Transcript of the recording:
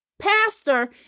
pastor